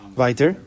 weiter